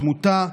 תמותה,